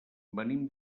venim